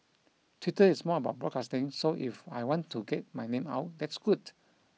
Twitter is more about broadcasting so if I want to get my name out that's good